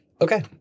Okay